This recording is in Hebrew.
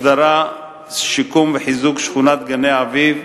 הסדרה, שיקום וחיזוק של שכונת גני-אביב,